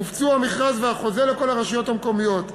הופצו המכרז והחוזה לכל הרשויות המקומיות.